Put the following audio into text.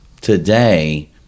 today